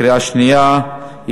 קריאה שנייה ושלישית.